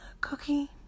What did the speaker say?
Cookie